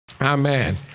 Amen